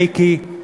מיקי,